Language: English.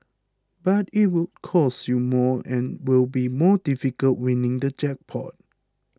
but it'll cost you more and it will be more difficult winning the jackpot